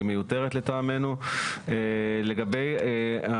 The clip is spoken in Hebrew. הערה נוספת ששמענו היא הערה לגבי בליעת הזכויות.